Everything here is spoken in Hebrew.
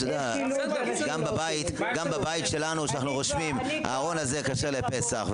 אתה יודע --- גם בבית שלנו שאנחנו רושמים: הארון הזה כשר לפסח,